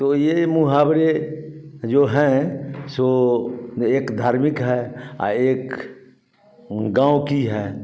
तो यह मुहावरे जो हैं सो एक धार्मिक है एक गाँव की है